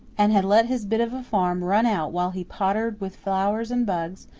and had let his bit of a farm run out while he pottered with flowers and bugs,